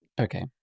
Okay